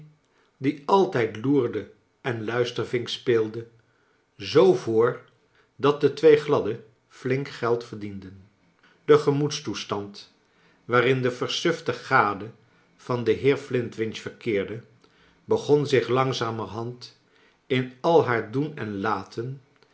die altijd loerde en luistervink speelde zoo voor dat de twee gladden flink geld verdienden de gemoedstoestand waarin de versufte gade van den heer flintwinch verkeerde begon zich langzamerhand in al haar doen en laten